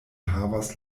havas